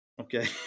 Okay